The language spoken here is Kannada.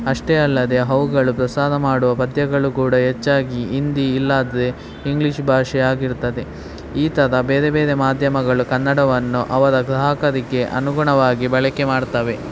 ಅಷ್ಟೇ ಅಲ್ಲದೇ ಅವುಗಳು ಪ್ರಸಾರ ಮಾಡುವ ಪದ್ಯಗಳು ಕೂಡ ಹೆಚ್ಚಾಗಿ ಹಿಂದಿ ಇಲ್ಲಾದರೆ ಇಂಗ್ಲೀಷ್ ಭಾಷೆಯಾಗಿರ್ತದೆ ಈ ಥರ ಬೇರೆ ಬೇರೆ ಮಾಧ್ಯಮಗಳು ಕನ್ನಡವನ್ನು ಅವರ ಗ್ರಾಹಕರಿಗೆ ಅನುಗುಣವಾಗಿ ಬಳಕೆ ಮಾಡ್ತವೆ